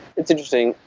it's interesting.